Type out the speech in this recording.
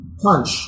punch